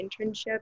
internship